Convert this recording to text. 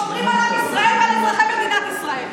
שומרים על עם ישראל ועל אזרחי מדינת ישראל.